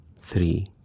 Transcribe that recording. three